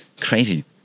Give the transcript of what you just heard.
Crazy